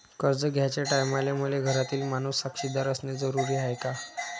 कर्ज घ्याचे टायमाले मले घरातील माणूस साक्षीदार असणे जरुरी हाय का?